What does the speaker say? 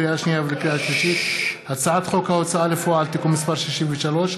לקריאה שנייה ולקריאה שלישית: הצעת חוק ההוצאה לפועל (תיקון מס' 63),